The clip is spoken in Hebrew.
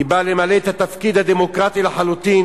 היא באה למלא את התפקיד הדמוקרטי לחלוטין.